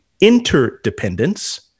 interdependence